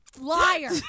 Liar